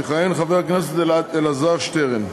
יכהן חבר הכנסת אלעזר שטרן.